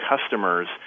customers